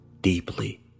Deeply